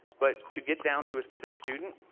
but to get down to a specific student,